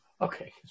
Okay